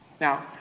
Now